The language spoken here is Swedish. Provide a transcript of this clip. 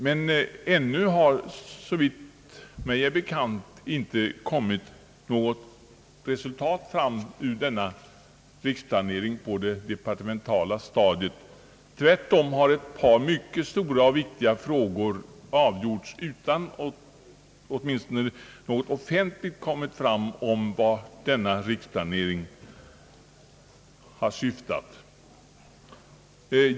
ännu har dock, såvitt mig är bekant, inte något resultat kommit ut av denna riksplanering på det departementala planet. Tvärtom har ett par mycket stora och viktiga frågor avgjorts utan att åtminstone något offentligt kommit fram om vad denna riksplanering rekommenderat.